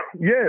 Yes